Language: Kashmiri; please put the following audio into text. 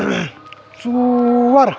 ژور